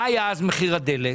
מה היה אז מחיר הדלק?